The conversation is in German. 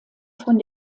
von